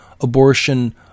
abortion